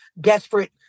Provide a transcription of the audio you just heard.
desperate